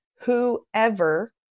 whoever